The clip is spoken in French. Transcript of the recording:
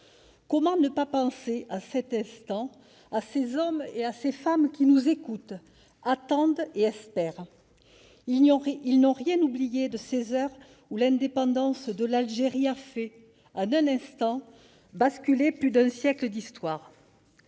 Comment ne pas penser, en cet instant, à ces hommes et à ces femmes qui, nous écoutant, attendent et espèrent ? Ils n'ont rien oublié de ces heures où l'indépendance de l'Algérie a soudain fait basculer plus d'un siècle d'histoire.